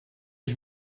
ich